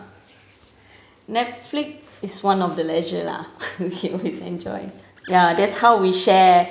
netflix is one of the leisure lah okay his enjoy ya that's how we share